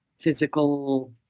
physical